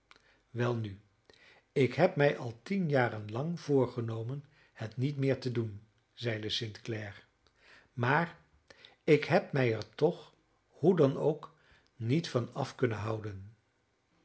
welnu ik heb mij al tien jaren lang voorgenomen het niet meer te doen zeide st clare maar ik heb mij er toch hoe dan ook niet van af kunnen houden